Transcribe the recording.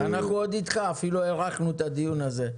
אנחנו עוד איתך, אפילו הארכנו את הדיון הזה.